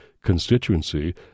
constituency